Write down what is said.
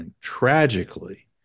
tragically